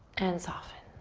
and soften.